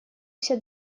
все